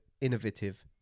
innovative